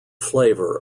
flavour